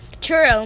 true